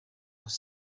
was